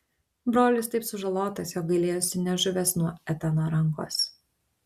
brolis taip sužalotas jog gailėjosi nežuvęs nuo etano rankos